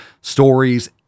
stories